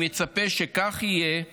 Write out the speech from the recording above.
ואני מצפה שכך יהיה ויימשך.